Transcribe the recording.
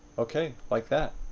okay, like that.